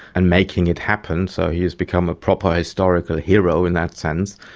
and making it happen, so he has become a proper historical hero in that sense.